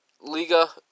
Liga